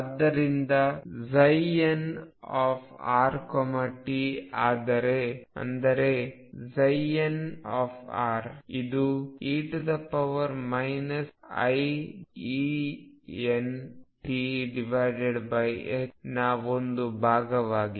ಆದ್ದರಿಂದnrt ಅಂದರೆ n ಇದು e iEntನ ಒಂದು ಭಾಗವಾಗಿದೆ